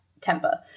temper